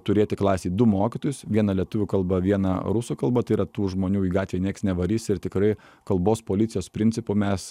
turėti klasėj du mokytojus viena lietuvių kalba viena rusų kalba tai yra tų žmonių į gatvę niekas nevarys ir tikrai kalbos policijos principu mes